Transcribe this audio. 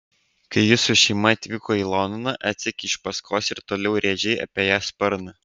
kai ji su šeima atvyko į londoną atsekei iš paskos ir toliau rėžei apie ją sparną